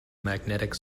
magnetic